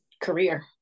career